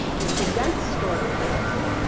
it's a dense story in parts,